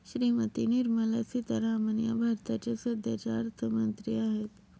श्रीमती निर्मला सीतारामन या भारताच्या सध्याच्या अर्थमंत्री आहेत